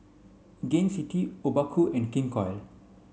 Gain City Obaku and King Koil